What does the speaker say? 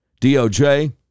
DOJ